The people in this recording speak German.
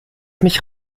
mich